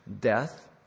death